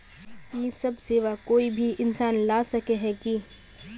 इ सब सेवा कोई भी इंसान ला सके है की?